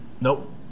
nope